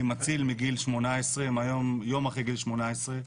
אני מציל מיום אחרי גיל 18,